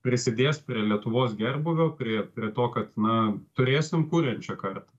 prisidės prie lietuvos gerbūvio kurie prie to kad na turėsim kuriančią kartą